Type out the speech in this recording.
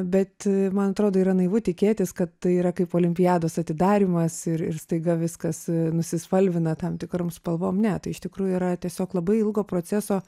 bet man atrodo yra naivu tikėtis kad tai yra kaip olimpiados atidarymas ir ir staiga viskas nusispalvina tam tikrom spalvom ne tai iš tikrųjų yra tiesiog labai ilgo proceso